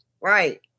Right